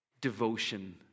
devotion